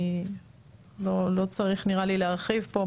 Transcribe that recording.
לא צריך נראה לי להרחיב פה,